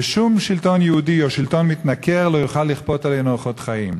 ושום שלטון יהודי או שלטון מתנכר לא יכול לכפות עלינו אורחות חיים.